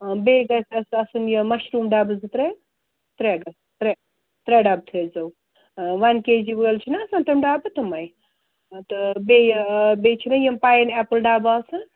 بیٚیہِ گژھِ اَسہِ آسٕنۍ یہِ مَشروٗم ڈَبہٕ زٕ ترٛےٚ ترٛےٚ ترٛےٚ ترٛےٚ ڈَبہٕ تھٲیزیو وَن کے جی وٲلۍ چھِنہ آسان تِم ڈَبہٕ تِمَے تہٕ بیٚیہِ بیٚیہِ چھِنہ یِم پایِن اٮ۪پٕل ڈَبہٕ آسان